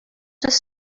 just